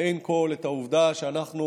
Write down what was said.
לעין כול את העובדה שאנחנו